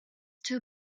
too